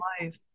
life